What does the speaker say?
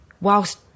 whilst